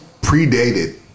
predated